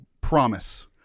promise